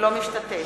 אינו משתתף